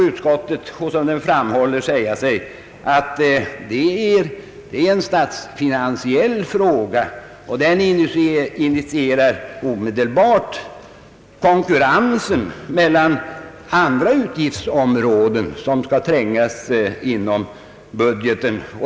Utskottet anför med anledning av detta att det gäller en statsfinansiell fråga och att den omedelbart initierar konkurrens med andra utgiftsförslag som skall trängas inom budgeten.